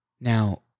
Now